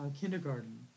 kindergarten